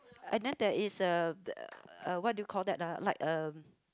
and then there is a the uh what do you call that ah like a